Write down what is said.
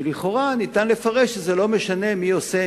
ולכאורה ניתן לפרש שזה לא משנה מי עושה,